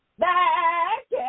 back